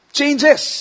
changes